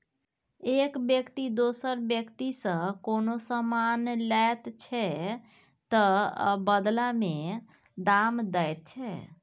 एक बेकती दोसर बेकतीसँ कोनो समान लैत छै तअ बदला मे दाम दैत छै